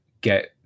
get